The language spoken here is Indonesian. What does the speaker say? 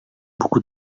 buku